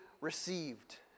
received